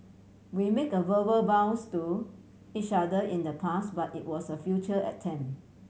we make verbal vows to each other in the past but it was a futile attempt